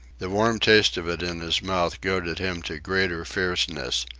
the warm taste of it in his mouth goaded him to greater fierceness.